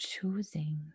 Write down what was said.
choosing